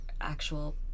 actual